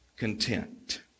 content